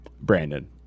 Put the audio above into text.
brandon